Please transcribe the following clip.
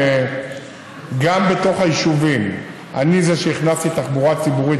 גם בתוך היישובים אני זה שהכנסתי תחבורה ציבורית,